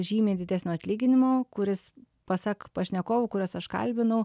žymiai didesnio atlyginimo kuris pasak pašnekovų kuriuos aš kalbinau